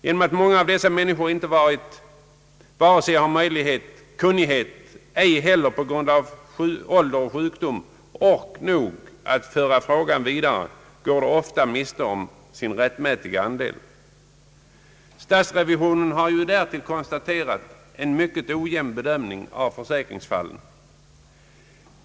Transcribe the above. Genom att många av dessa människor inte har vare sig möjlighet eller kunnighet eller på grund av ålder och sjukdom ork nog att föra frågan vidare, går de ofta miste om sin rättmätiga andel. Därtill har ju statsrevisionen konstaterat en mycket ojämn bedömning av försäkringsfallen.